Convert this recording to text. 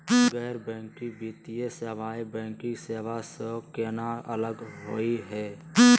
गैर बैंकिंग वित्तीय सेवाएं, बैंकिंग सेवा स केना अलग होई हे?